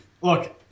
look